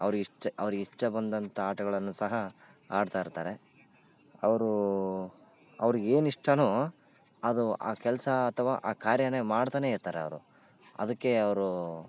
ಅವ್ರಿಗೆ ಇಷ್ಟು ಅವ್ರಿಗೆ ಇಷ್ಟ ಬಂದಂಥ ಆಟಗಳನ್ನು ಸಹ ಆಡ್ತಾ ಇರ್ತಾರೆ ಅವರು ಅವ್ರಿಗೆ ಏನು ಇಷ್ಟವೋ ಅದು ಆ ಕೆಲಸ ಅಥವಾ ಆ ಕಾರ್ಯವೇ ಮಾಡ್ತಲೇ ಇರ್ತಾರೆ ಅವರು ಅದಕ್ಕೆ ಅವ್ರು